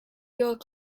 your